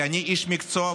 כי אני איש מקצוע,